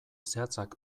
zehatzak